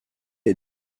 est